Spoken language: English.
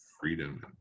freedom